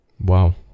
wow